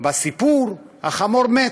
בסיפור, החמור מת.